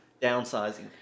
downsizing